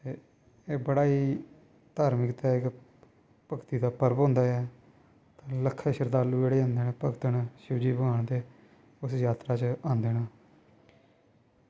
एह् पढ़ाई धर्म दी भगती दा पर्व होंदा ऐ लक्ख शरधालु जेह्ड़े भगत न शिवजी भगवान दे उस जात्तरा च आंदे न